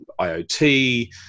IOT